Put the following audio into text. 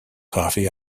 coffee